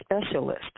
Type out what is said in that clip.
specialist